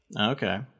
Okay